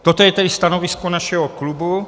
Toto je tedy stanovisko našeho klubu.